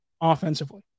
offensively